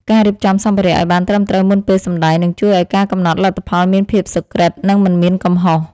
ការរៀបចំសម្ភារៈឱ្យបានត្រឹមត្រូវមុនពេលសម្តែងនឹងជួយឱ្យការកំណត់លទ្ធផលមានភាពសុក្រឹត និង មិនមានកំហុស។